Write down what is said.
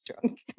drunk